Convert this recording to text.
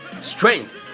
strength